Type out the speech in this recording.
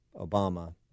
Obama